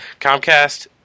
Comcast